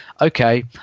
okay